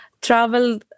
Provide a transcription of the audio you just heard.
travel